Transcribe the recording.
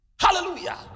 Hallelujah